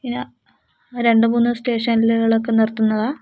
പിന്നെ രണ്ട് മൂന്ന് സ്റ്റേഷനലുകളിൽ ഒക്കെ നിർത്തുന്നതാണോ